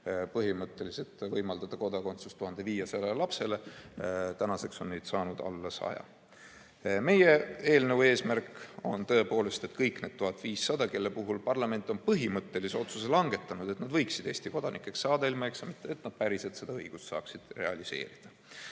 põhimõtteliselt võimaldatakse kodakondsust 1500 lapsele, tänaseks on neid saanud alla 100. Meie eelnõu eesmärk on, et kõik need 1500, kelle kohta parlament on põhimõttelise otsuse langetanud, võiksid tõepoolest Eesti kodanikuks saada ilma eksamita, et nad päriselt seda õigust saaksid realiseerida.